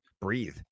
breathe